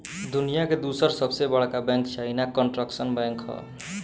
दुनिया के दूसर सबसे बड़का बैंक चाइना कंस्ट्रक्शन बैंक ह